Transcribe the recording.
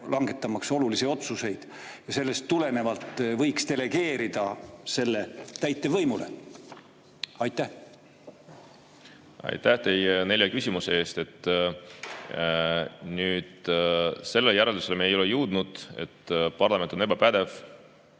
langetamaks olulisi otsuseid, ja sellest tulenevalt võiks selle delegeerida täitevvõimule? Aitäh teile nelja küsimuse eest! Nüüd, sellele järeldusele me ei ole jõudnud, et parlament on ebapädev.